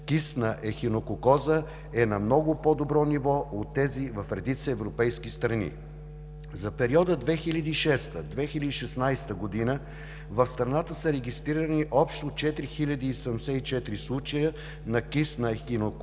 кистна ехинококоза е на много по-добро ниво от тези в редица европейски страни. За периода 2006 – 2016 г. в страната са регистрирани общо 4074 случая на кистна ехинококоза,